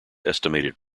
estimated